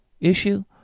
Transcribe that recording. issue